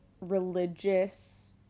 religious